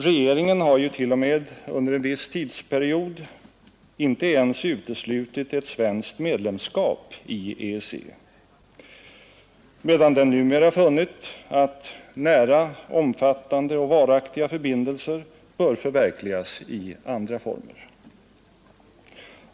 Regeringen har ju t.o.m. under en viss tidsperiod inte ens uteslutit ett svenskt medlemskap i EEC, medan den numera funnit att ”nära, omfattande och varaktiga förbindelser” bör förverkligas i andra former.